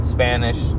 Spanish